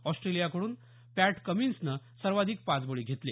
ऑस्ट्रेलियाकड्रन Pat कमिन्सनं सर्वाधिक पाच बळी घेतले